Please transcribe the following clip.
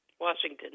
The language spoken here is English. Washington